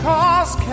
Cause